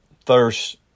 thirst